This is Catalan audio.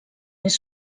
més